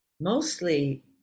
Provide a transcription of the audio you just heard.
mostly